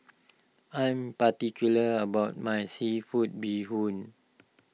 I am particular about my Seafood Bee Hoon